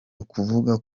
ukuvuga